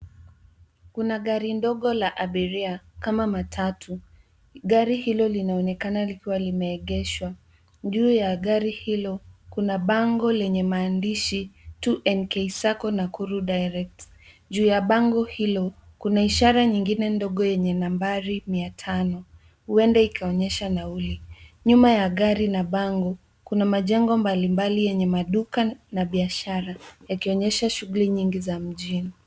Kuna gari ndogo la abiria kama matatu. Gari hilo linaonekana likiwa limeegeshwa. Juu ya gari hilo kuna bango lenye maandishi tu 2NK Sacco Nakuru Director. Juu ya bango hilo kuna ishara nyingine ndogo yenye nambari mia tano huenda ikaonyesha nauli. Nyuma ya gari na bango, kuna majengo mbalimbali yenye maduka na biashara yakionyesha shughuli nyingi za mjini.